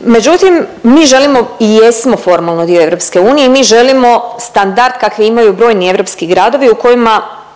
Međutim, mi želimo i jesmo formalno dio EU i mi želimo standard kakav imaju brojni europski gradovi u kojima